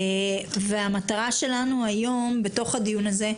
המטרה שלנו היום בתוך הדיון הזה,